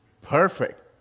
Perfect